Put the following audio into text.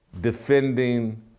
defending